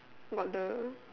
mother